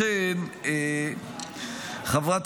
לכן, חברת